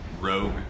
rogue